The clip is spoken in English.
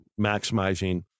maximizing